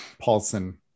Paulson